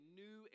new